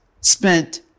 spent